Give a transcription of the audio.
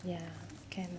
ya can